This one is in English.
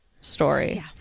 story